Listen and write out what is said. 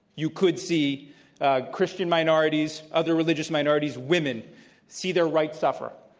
you could see ah christian minorities, other religious minorities, women see their rights suffer.